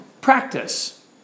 Practice